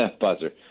buzzer